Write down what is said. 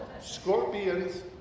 Scorpions